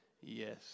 Yes